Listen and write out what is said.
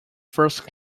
first